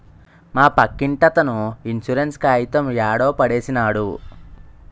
మా పక్కింటతను ఇన్సూరెన్స్ కాయితం యాడో పడేసినాడు